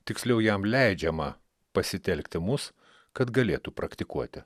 tiksliau jam leidžiama pasitelkti mus kad galėtų praktikuoti